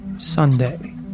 Sunday